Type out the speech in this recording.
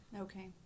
Okay